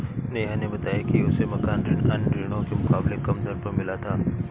नेहा ने बताया कि उसे मकान ऋण अन्य ऋणों के मुकाबले कम दर पर मिला था